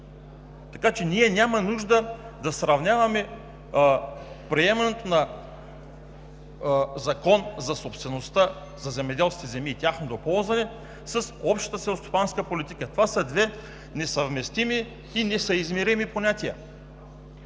Така че няма нужда да сравняваме приемането на Закона за собствеността за земеделските земи и тяхното ползване с Общата селскостопанска политика. Това са две несъвместими и несъизмерими понятия.